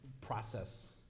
process